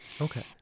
Okay